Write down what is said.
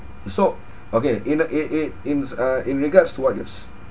so okay in a in in ins uh in regards to what yous